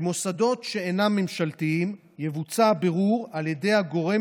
במוסדות שאינם ממשלתיים יבוצע הבירור על ידי הגורם